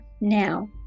now